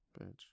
bitch